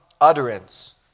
utterance